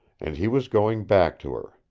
and he was going back to her.